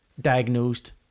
diagnosed